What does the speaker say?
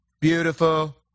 beautiful